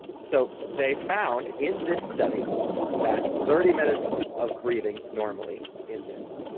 so they found in this study that thirty minutes of breathing normally in this.